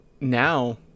now